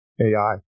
AI